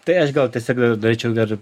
tai aš gal tiesiog norėčiau dar